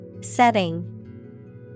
Setting